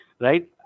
right